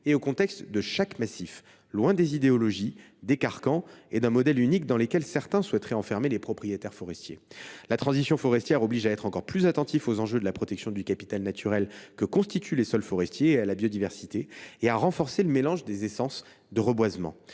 qu’au contexte de chaque massif, loin des idéologies, des carcans et d’un modèle unique dans lesquels certains souhaiteraient enfermer les propriétaires forestiers. La transition forestière oblige à être encore plus attentif aux enjeux de la protection du capital naturel que constituent les sols forestiers et la biodiversité et à renforcer le mélange des essences de reboisement.